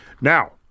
Now